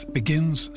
begins